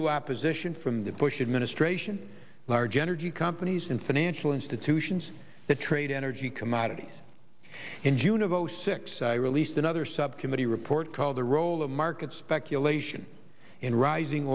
to opposition from the bush administration large energy companies and financial institutions that trade energy commodities in june of zero six i released another subcommittee report called the role of market speculation in rising